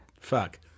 fuck